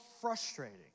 frustrating